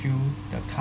fuel the car